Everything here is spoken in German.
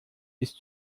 ist